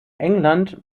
england